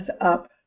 up